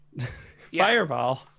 fireball